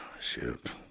Shoot